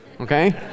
okay